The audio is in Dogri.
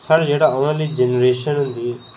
साढ़ी जेह्ड़ी औने आह्ली जनेरेशन होंदी